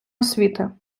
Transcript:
освіти